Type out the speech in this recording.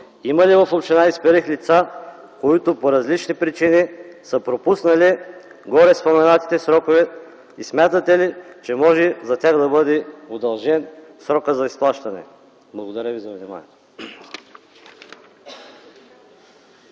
има ли в община Исперих лица, които по различни причини са пропуснали гореспоменатите срокове и смятате ли, че може за тях да бъде удължен срокът за изплащане? Благодаря Ви за вниманието.